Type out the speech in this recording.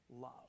love